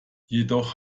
jedoch